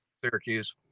Syracuse